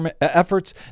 Efforts